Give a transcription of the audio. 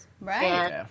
Right